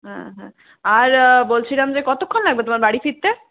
হ্যাঁ হ্যাঁ আর বলছিলাম যে কতক্ষন লাগবে তোমার বাড়ি ফিরতে